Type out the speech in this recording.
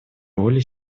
роли